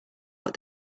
what